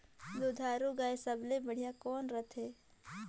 दुधारू गाय सबले बढ़िया कौन रथे?